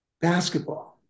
basketball